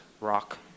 rock